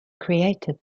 created